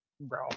Bro